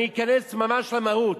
אני אכנס ממש למהות.